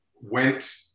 went